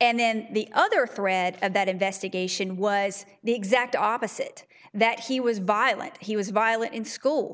and then the other thread of that investigation was the exact opposite that he was violent he was violent in school